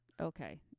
Okay